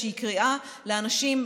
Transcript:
איזו קריאה לאנשים,